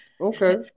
Okay